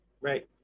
right